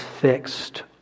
fixed